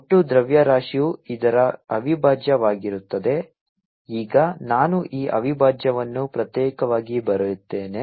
ಮತ್ತು ಆದ್ದರಿಂದ ಒಟ್ಟು ದ್ರವ್ಯರಾಶಿಯು ಇದರ ಅವಿಭಾಜ್ಯವಾಗಿರುತ್ತದೆ ಈಗ ನಾನು ಈ ಅವಿಭಾಜ್ಯವನ್ನು ಪ್ರತ್ಯೇಕವಾಗಿ ಬರೆಯುತ್ತೇನೆ